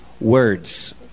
words